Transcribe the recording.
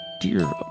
dear